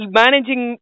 managing